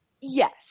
Yes